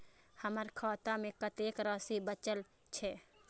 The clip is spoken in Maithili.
हमर खाता में कतेक राशि बचल छे?